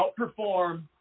outperform